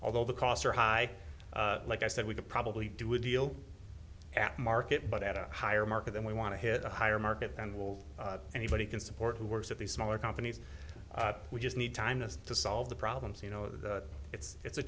although the costs are high like i said we could probably do a deal at market but at a higher market than we want to hit a higher market and well anybody can support who works at the smaller companies we just need time to solve the problems you know that it's it's a